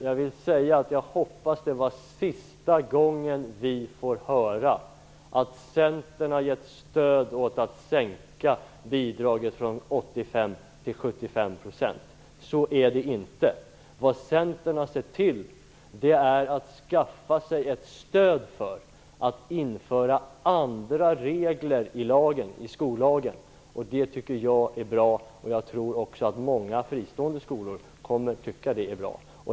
Jag vill säga att jag hoppas att det var sista gången vi fick höra att Centern har gett sitt stöd åt att sänka bidraget från 85 till 75 %. Så är det inte. Centern har sett till att skaffa sig ett stöd för att införa andra regler i skollagen. Det tycker jag är bra. Jag tror också att många fristående skolor kommer att tycka att det är bra.